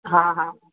हा हा